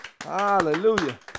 Hallelujah